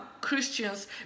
Christians